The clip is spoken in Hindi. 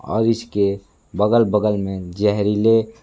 और इसके बगल बगल में ज़हरीले